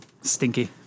stinky